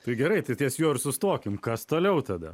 tai gerai tai ties juo ir sustokim kas toliau tada